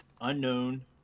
Unknown